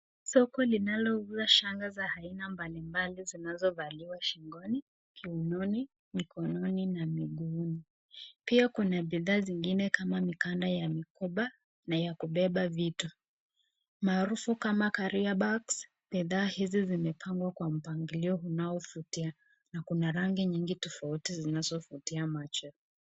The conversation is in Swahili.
Soko linalouza shanga za aina mbalimbali zinazovaliwa shingoni, kiunoni, mkononi na miguuni pia kuna bidhaa zingine kama mikanda ya mikoba na ya kubeba vitu maarufu kama carrier bags . Bidhaa hizi zimepangwa kwa mpangilio unaovutia na kuna rangi nyingi tofauti zinazovutia macho.